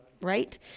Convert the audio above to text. Right